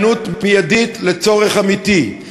ויש בזה היענות מיידית לצורך אמיתי.